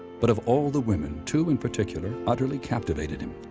but of all the women, two in particular utterly captivated him.